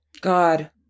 God